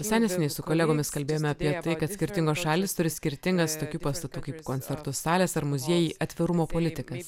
visai neseniai su kolegomis kalbėjome apie tai kad skirtingos šalys turi skirtingas tokių pastatų kaip koncertų salės ar muziejai atvirumo politiką